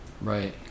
Right